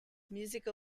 musical